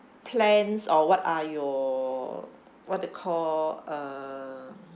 plans or what are your what they call uh